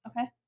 Okay